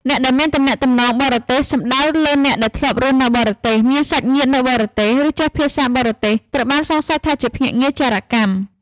អ្នកដែលមានទំនាក់ទំនងបរទេស សំដៅលើអ្នកដែលធ្លាប់រស់នៅបរទេស មានសាច់ញាតិនៅបរទេស ឬចេះភាសាបរទេស ត្រូវបានសង្ស័យថាជាភ្នាក់ងារចារកម្ម។